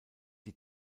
die